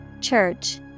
Church